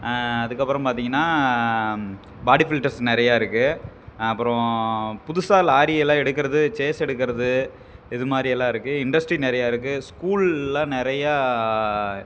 அதற்கப்பறம் பார்த்தீங்கன்னா body filters நிறையா இருக்கு அப்புறம் புதுசாக லாரி எல்லாம் எடுக்கிறது சேஸ் எடுக்கிறது இது மாதிரி எல்லாம் இருக்கு இண்டஸ்ட்ரி நிறையா இருக்கு ஸ்கூல்லாம் நிறையா